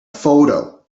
photo